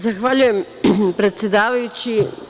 Zahvaljujem predsedavajući.